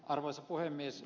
arvoisa puhemies